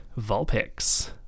Vulpix